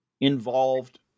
involved